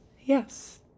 yes